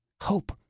hope